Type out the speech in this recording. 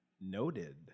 Noted